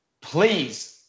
please